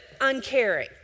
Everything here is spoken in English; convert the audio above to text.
uncaring